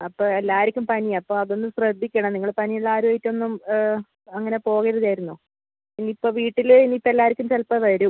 അപ്പം എല്ലാവർക്കും പനിയാണ് അപ്പോൾ അതൊന്ന് ശ്രദ്ധിക്കണം നിങ്ങൾ പനി ഉള്ള ആരുമായിട്ടൊന്നും അങ്ങനെ പോകരുതായിരുന്നു ഇനി ഇപ്പം വീട്ടിൽ ഇനി ഇപ്പം എല്ലാവർക്കും ചിലപ്പം വരും